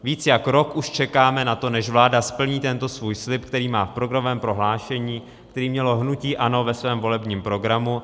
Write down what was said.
Víc jak rok už čekáme na to, než vláda splní tento svůj slib, který má v programovém prohlášení, který mělo hnutí ANO ve svém volebním programu.